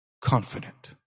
confident